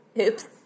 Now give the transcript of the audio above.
Oops